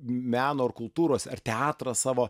meno ar kultūros ar teatrą savo